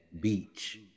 beach